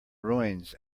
ruins